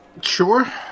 Sure